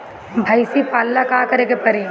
भइसी पालेला का करे के पारी?